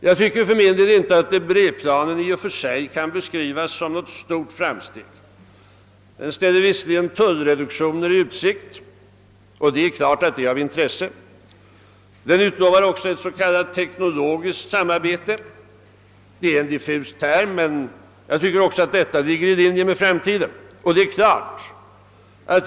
Enligt min mening kan inte Debré planen i och för sig beskrivas som något stort framsteg. Den ställer tullreduktioner i utsikt, och det är givetvis av intresse. Den utlovar också ett s.k. teknologiskt samarbete; det är en diffus term, men jag tycker att det ligger i linje med framtiden.